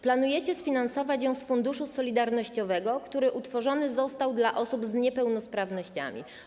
Planujecie sfinansować ją z Funduszu Solidarnościowego, który utworzony został dla osób z niepełnosprawnościami.